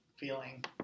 Feeling